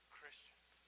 Christians